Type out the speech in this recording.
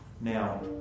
Now